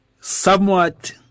somewhat